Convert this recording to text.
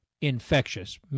infectious